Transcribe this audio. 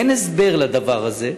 אין הסבר לדבר הזה.